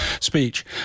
speech